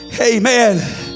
Amen